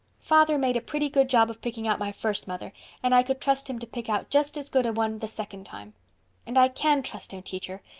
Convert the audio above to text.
father made a pretty good job of picking out my first mother and i could trust him to pick out just as good a one the second time and i can trust him, teacher.